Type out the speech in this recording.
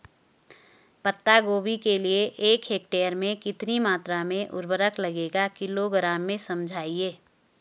पत्ता गोभी के लिए एक हेक्टेयर में कितनी मात्रा में उर्वरक लगेगा किलोग्राम में समझाइए?